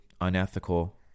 unethical